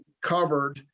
covered